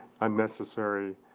unnecessary